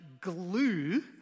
glue